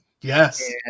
Yes